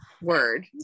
word